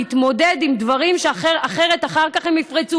להתמודד עם דברים שאחרת אחר כך הם יפרצו